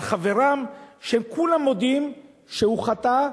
על חברם שכולם מודים שהוא חטא,